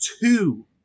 two